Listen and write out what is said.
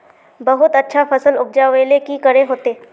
बहुत अच्छा फसल उपजावेले की करे होते?